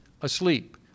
asleep